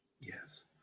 Yes